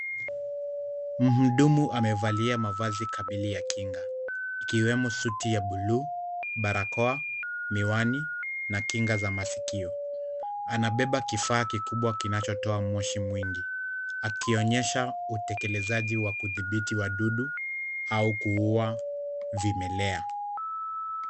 Mhudumu amevalia mavazi kamili ya kinga ikiwemo suti ya bluu, barakoa, miwani na kinga za masikio. Anabeba kifaa kikubwa kinachotoa moshi mwingi akionyesha utekelezaji wa kudhibiti wadudu au kuua vimelea.